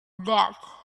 death